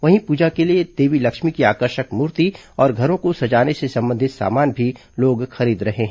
वहीं पूजा के लिए देवी लक्ष्मी की आकर्षक मूर्ति और घरों को सजाने से संबंधित सामान भी लोग खरीद रहे हैं